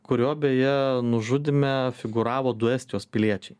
kurio beje nužudyme figūravo du estijos piliečiai